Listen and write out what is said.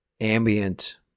ambient